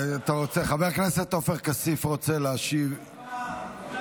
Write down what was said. חבר הכנסת עופר כסיף רוצה להשיב לשר.